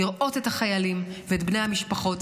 לראות את החיילים ואת בני המשפחות.